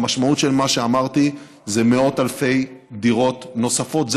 והמשמעות של מה שאמרתי זה מאות אלפי דירות נוספות,